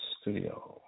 Studio